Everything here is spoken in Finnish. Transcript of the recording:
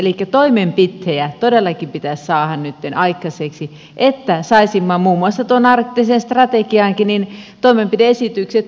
elikkä toimenpiteitä todellakin pitäisi saada nytten aikaiseksi että saisimme muun muassa tuon arktisen strategiankin toimenpide esitykset liikkeelle